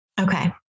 Okay